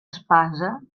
espasa